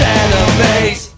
enemies